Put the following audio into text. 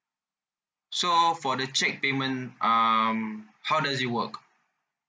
so for the cheque payment um how does it work